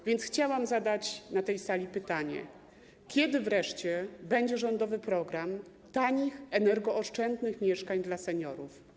A więc chciałam zadać na tej sali pytanie: Kiedy wreszcie będzie rządowy program tanich, energooszczędnych mieszkań dla seniorów?